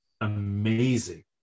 amazing